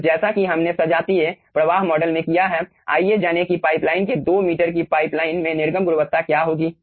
अब जैसा कि हमने सजातीय प्रवाह मॉडल में किया है आइए जानें कि पाइप लाइन के 2 मीटर की पाइप लाइन में निर्गम गुणवत्ता क्या होगी